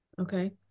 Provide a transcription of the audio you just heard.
Okay